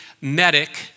medic